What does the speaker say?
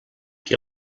qui